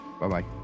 bye-bye